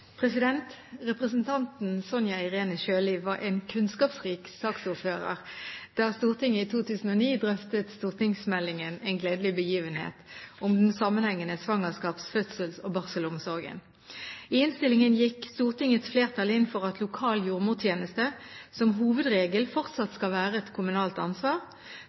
Representanten Sonja Irene Sjøli var en kunnskapsrik saksordfører da Stortinget i 2009 drøftet stortingsmeldingen En gledelig begivenhet, om en sammenhengende svangerskaps-, fødsels- og barselomsorg. I innstillingen gikk Stortingets flertall inn for at lokal jordmortjeneste som hovedregel fortsatt skal være et kommunalt ansvar.